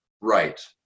Right